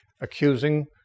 accusing